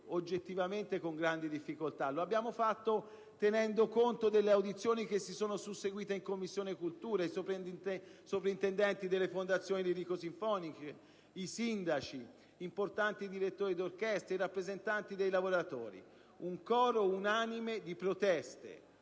oggettivamente con grandi difficoltà. Lo abbiamo fatto tenendo conto delle audizioni che si sono susseguite in 7a Commissione: abbiamo ascoltato i sovrintendenti delle Fondazioni lirico-sinfoniche, i sindaci, importanti direttori d'orchestra, i rappresentanti dei lavoratori. Un coro unanime di proteste,